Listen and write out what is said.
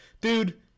dude